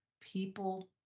people